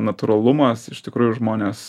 natūralumas iš tikrųjų žmones